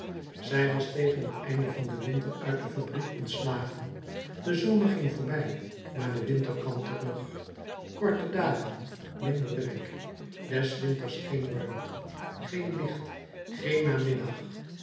zij was tegen t einde van den winter uit de fabriek ontslagen de zomer ging voorbij maar de winter kwam terug korte dagen minder werk des winters geen warmte geen licht geen namiddag